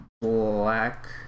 Black